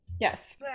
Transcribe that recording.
yes